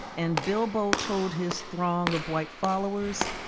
and bilbo told his throng of white followers,